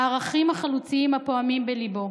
הערכים החלוציים הפועמים בליבו.